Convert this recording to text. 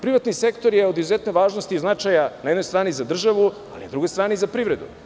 Privatni sektor je od izuzetne važnosti i značaja na jednoj strani za državu, a na drugoj strani za privredu.